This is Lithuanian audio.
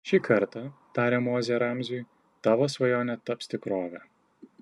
šį kartą tarė mozė ramziui tavo svajonė taps tikrove